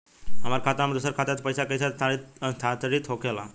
हमार खाता में दूसर खाता से पइसा कइसे स्थानांतरित होखे ला?